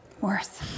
Worse